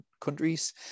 countries